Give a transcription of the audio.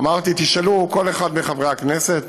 אמרתי, תשאלו כל אחד מחברי הכנסת: